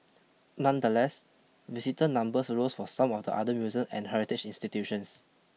nonetheless visitor numbers rose for some of the other museums and heritage institutions